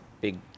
big